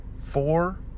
Four